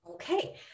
Okay